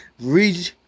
Read